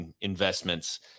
investments